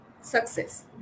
success